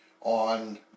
on